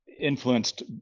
influenced